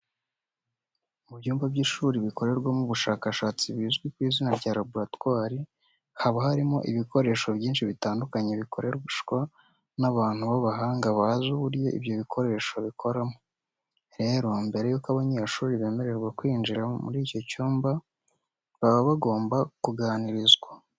Mu byumba by'ishuri bikorerwamo ubushakashatsi bizwi ku izina rya laboratwari, haba harimo ibikoresho byinshi bitandukanye bikoreshwa n'abantu b'abahanga bazi uburyo ibyo bikoresho bikoramo. Rero mbere yuko abanyeshuri bemererwa kwinjira muri icyo cyumba baba bagomba kuganirizwa.